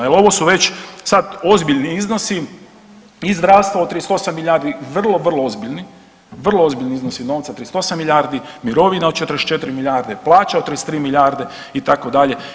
Jer ovo su već sad ozbiljni iznosi i zdravstvo od 38 milijardi vrlo, vrlo ozbiljni, vrlo ozbiljni iznosi novca 38 milijardi, mirovina od 44 milijarde, plaće od 33 milijarde itd.